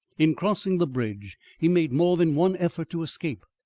in crossing the bridge he made more than one effort to escape,